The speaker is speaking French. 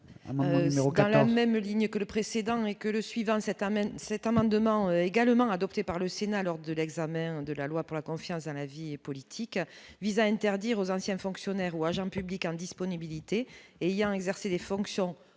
Aucun la même ligne que le précédent, et que le suivant cette amène cet amendement également adopté par le Sénat lors de l'examen de la loi pour la confiance dans la vie politique vise à interdire aux anciens fonctionnaires ou agents publics indisponibilité et il y a exercé des fonctions